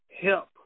help